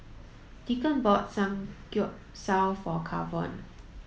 Deacon bought Samgeyopsal for Kavon